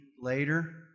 later